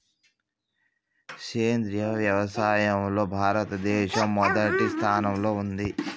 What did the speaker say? సేంద్రియ వ్యవసాయంలో భారతదేశం మొదటి స్థానంలో ఉంది